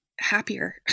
happier